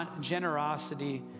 generosity